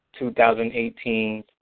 2018